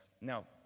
Now